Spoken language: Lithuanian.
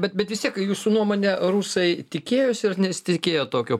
bet bet vis tiek jūsų nuomone rusai tikėjosi ar nesitikėjo tokio